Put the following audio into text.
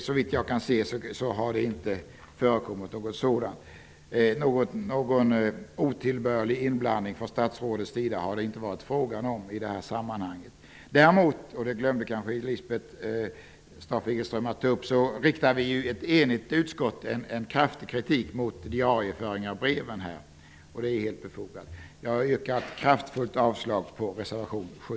Såvitt jag kan se har det inte förekommit. Någon otillbörlig inblandning från statsrådets sida har det inte varit fråga om i detta sammanhang. Däremot riktar ett enigt utskott en kraftig kritik mot diarieföringen av breven, vilket Lisbeth Staaf Igelström kanske glömde. Denna kritik är helt befogad. Herr talman! Jag yrkar kraftfullt avslag på reservation 7.